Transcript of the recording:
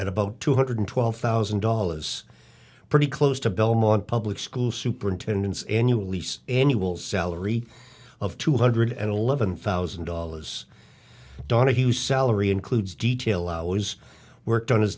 at about two hundred twelve thousand dollars pretty close to belmont public school superintendents annual lease annual salary of two hundred and eleven thousand dollars donohue salary includes detail hours worked on his